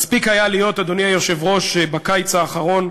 מספיק היה להיות, אדוני היושב-ראש, בקיץ האחרון,